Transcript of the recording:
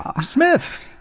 Smith